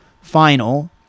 final